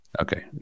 Okay